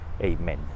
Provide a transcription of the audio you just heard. amen